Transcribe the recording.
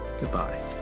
Goodbye